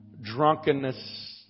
Drunkenness